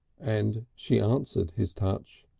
and she answered his touch.